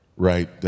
Right